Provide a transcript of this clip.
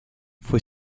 fue